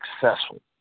successful